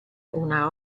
una